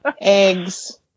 Eggs